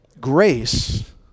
Grace